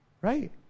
Right